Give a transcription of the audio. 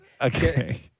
okay